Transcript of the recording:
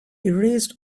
erased